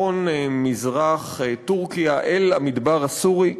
צפון-מזרח טורקיה אל המדבר הסורי,